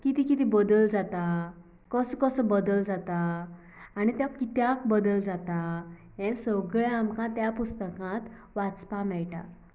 किदें किदें बदल जाता कसो कसो बदल जाता आनी तो कित्याक बदल जाता हें सगलें आमकां त्या पुस्तकांत वाचपा मेळटा